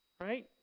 right